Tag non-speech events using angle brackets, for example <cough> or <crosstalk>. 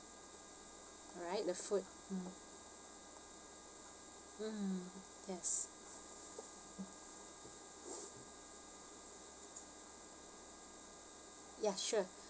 arrive the food mm mm yes <noise> ya sure